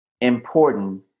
important